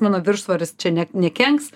mano viršsvoris čia ne nekenks